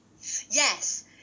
Yes